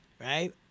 right